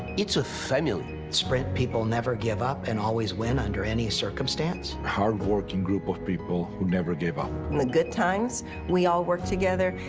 it's a family. sprint people never give up and always win under any circumstance. a hard working group of people who never give up. in the good times we all work together,